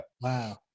Wow